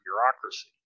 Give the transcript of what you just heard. bureaucracy